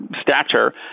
stature